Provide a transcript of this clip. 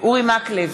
אורי מקלב,